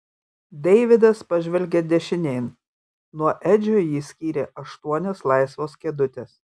deividas pažvelgė dešinėn nuo edžio jį skyrė aštuonios laisvos kėdutės